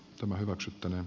tämä hyväksyttäneen